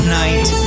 night